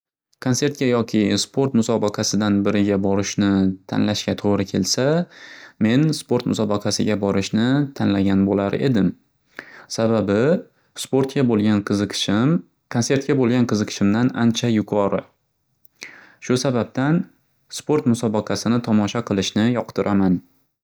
Konsertga yoki sport musobaqasidan biriga borishni tanlashga to'g'ri kelsa, men sport musobaqasiga borishni tanlagan bo'lar edim. Sababi, sportga bo'lgan qiziqishim konsertga bo'lgan qiziqishimdan ancha yuqori. Shu sababdan sport musobaqasini tomosha qilishni yoqtiraman.